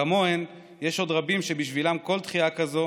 כמוהן יש עוד רבים שבשבילם כל דחייה כזו